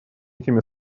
эти